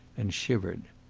and shivered.